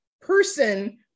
person